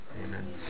Amen